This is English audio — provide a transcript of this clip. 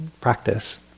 practice